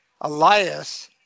Elias